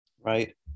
right